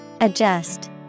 Adjust